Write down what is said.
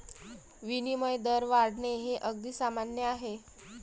विनिमय दर वाढणे हे अगदी सामान्य आहे